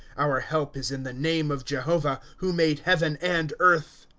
our help is in the name of jehovah, who made heaven and earth.